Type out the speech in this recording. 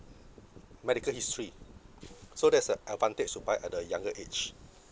medical history so that's the advantage to buy at a younger age